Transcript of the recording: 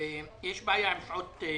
יש בעיה עם שעות טיפוח.